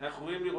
אני רוצה להגיד